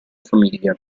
famiglia